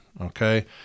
okay